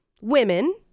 women